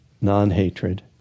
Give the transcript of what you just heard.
non-hatred